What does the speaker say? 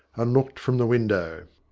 and looked from the window.